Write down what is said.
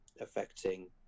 affecting